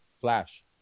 Flash